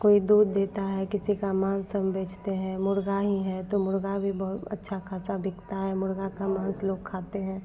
कोई दूध देता है किसी का मांस हम बेचते हैं मुर्गा ही है तो मुर्गा भी बहुत अच्छा खासा बिकता है मुर्गा का मांस लोग खाते हैं